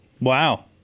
Wow